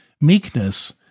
meekness